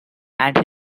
and